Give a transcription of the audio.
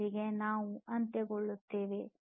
ಇದರೊಂದಿಗೆ ನಾವು ಅಂತ್ಯಗೊಳ್ಳುತ್ತೇವೆ